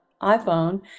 iPhone